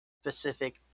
specific